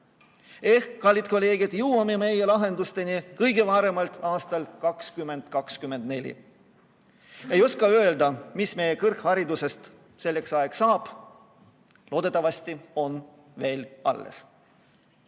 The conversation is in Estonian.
Ehk, kallid kolleegid, me jõuame lahendusteni kõige varem aastal 2024. Ei oska öelda, mis meie kõrgharidusest selleks ajaks saab. Loodetavasti on ta veel alles.